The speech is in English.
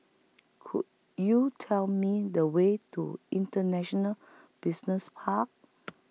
Could YOU Tell Me The Way to International Business Park